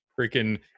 freaking